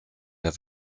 der